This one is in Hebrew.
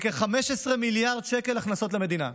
וכ-15 מיליארד שקל הכנסות למדינה.